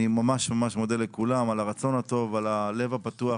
אני ממש מודה לכולם על הרצון הטוב ועל הלב הפתוח,